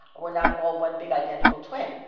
we're not all one big identical twin.